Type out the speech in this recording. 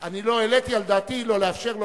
ואני לא העליתי על דעתי לא לאפשר לו